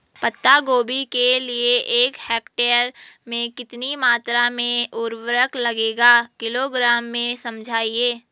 पत्ता गोभी के लिए एक हेक्टेयर में कितनी मात्रा में उर्वरक लगेगा किलोग्राम में समझाइए?